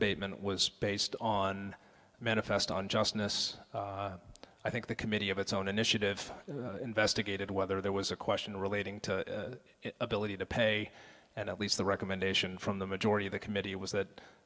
abatement was based on manifest on justness i think the committee of its own initiative investigated whether there was a question relating to ability to pay and at least the recommendation from the majority of the committee was that